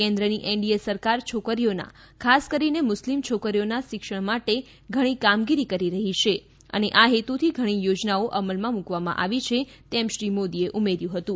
કેન્દ્રની એનડીએ સરકાર છોકરીઓના ખાસ કરીને મુસ્લિમ છોકરીઓના શિક્ષણ માટે ઘણી કામગીરી કરી રહી છે અને આ હેતુથી ઘણી યોજનાઓ અમલમાં મુકવામાં આવી છે તેમ શ્રી મોદીએ ઉમેર્યું હતું